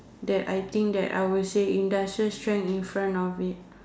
that I think that I would say industrial strength in front of it